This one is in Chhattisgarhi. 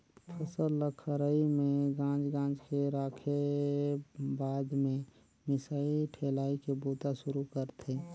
फसल ल खरही में गांज गांज के राखेब बाद में मिसाई ठेलाई के बूता सुरू करथे